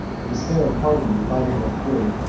the despair of pardon reviving their fury,